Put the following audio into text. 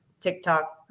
TikTok